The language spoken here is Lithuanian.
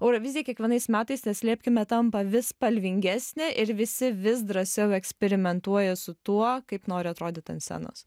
eurovizija kiekvienais metais neslėpkime tampa vis spalvingesnė ir visi vis drąsiau eksperimentuoja su tuo kaip nori atrodyt ant scenos